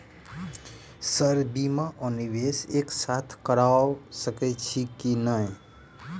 Sir बीमा आ निवेश एक साथ करऽ सकै छी की न ई?